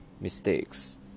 mistakes